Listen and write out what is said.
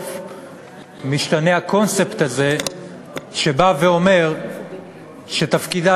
וסוף-סוף משתנה הקונספט הזה שבא ואומר שתפקידה